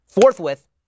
forthwith